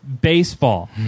baseball